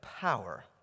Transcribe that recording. power